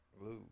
lose